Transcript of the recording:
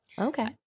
Okay